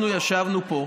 אנחנו ישבנו פה,